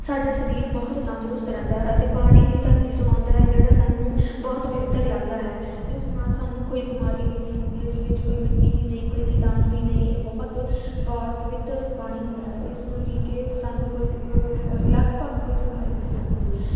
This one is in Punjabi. ਸਾਡਾ ਸਰੀਰ ਬਹੁਤ ਤੰਦਰੁਸਤ ਰਹਿੰਦਾ ਹੈ ਅਤੇ ਪਾਣੀ ਵੀ ਧਰਤੀ ਤੋਂ ਆਉਂਦਾ ਹੈ ਜਿਹੜਾ ਸਾਨੂੰ ਬਹੁਤ ਪਵਿੱਤਰ ਲੱਗਦਾ ਹੈ ਇਸ ਨਾਲ ਸਾਨੂੰ ਕੋਈ ਬਿਮਾਰੀ ਵੀ ਨਹੀਂ ਹੁੰਦੀ ਇਸ ਵਿੱਚ ਕੋਈ ਮਿੱਟੀ ਵੀ ਨਹੀਂ ਕੋਈ ਕੀਟਾਣੂ ਵੀ ਨਹੀਂ ਇਹ ਬਹੁਤ ਬਹੁਤ ਪਵਿੱਤਰ ਪਾਣੀ ਹੁੰਦਾ ਹੈ ਇਸ ਨੂੰ ਪੀ ਕੇ ਸਾਨੂੰ ਕੋਈ ਲਗਭਗ ਕੋਈ ਬਿਮਾਰੀ ਨਹੀਂ ਲੱਗਦੀ